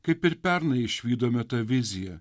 kaip ir pernai išvydome tą viziją